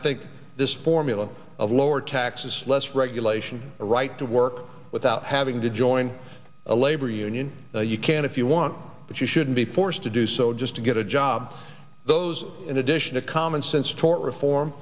think this formula of lower taxes less regulation a right to work without having to join a labor union you can if you want but you shouldn't be forced to do so just to get a job those in addition to common sense tort reform